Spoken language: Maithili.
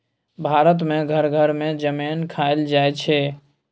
भारत मे घर घर मे जमैन खाएल जाइ छै